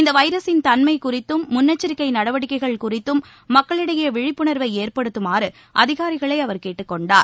இந்த வைரஸின் தன்மை குறித்தும் முன்னெச்சரிக்கை நடவடிக்கைகள் குறித்தும் மக்களிடையே விழிப்புணர்வை ஏற்படுத்துமாறு மேற்கொள்ளுமாறு அதிகாரிகளை அவர் கேட்டுக் கொண்டார்